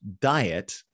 diet